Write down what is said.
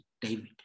David